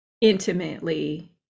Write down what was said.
intimately